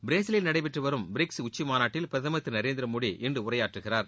பிரேசிலில் நடைபெற்று வரும் பிரிக்ஸ் உச்சிமாநாட்டில் பிரதமர் திரு நரேந்திரமோடி இன்று உரையாற்றுகிறார்